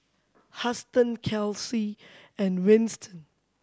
Huston Kelsea and Winston